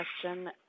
question